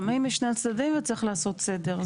שמאים משני הצדדים וצריך לעשות סדר.